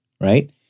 right